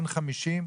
אין 50?